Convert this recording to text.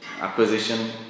acquisition